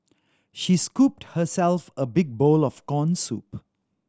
she scooped herself a big bowl of corn soup